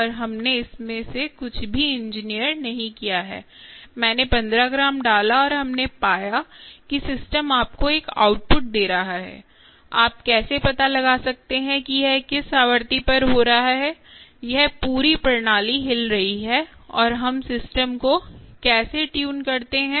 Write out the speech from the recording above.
और हमने इसमें से कुछ भी इंजीनियर नहीं किया है मैंने 15 ग्राम डाला और हमने पाया कि सिस्टम आपको एक आउटपुट दे रहा है आप कैसे पता लगा सकते हैं कि यह किस आवृत्ति पर हो रहा है यह पूरी प्रणाली हिल रही है और हम सिस्टम को कैसे ट्यून करते हैं